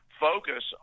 Focus